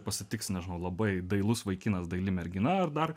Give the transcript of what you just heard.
pasitiks nežinau labai dailus vaikinas daili mergina ar dar